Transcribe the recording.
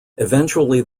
eventually